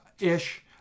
ish